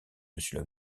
monsieur